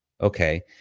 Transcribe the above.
Okay